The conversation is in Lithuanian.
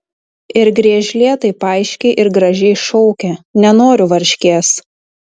ir griežlė taip aiškiai ir gražiai šaukia nenoriu varškės